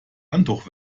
handtuch